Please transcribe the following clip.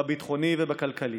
והן הביטחוני והכלכלי.